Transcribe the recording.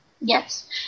Yes